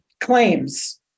claims